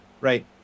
right